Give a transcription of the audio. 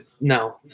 no